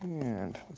and